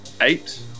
eight